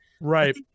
Right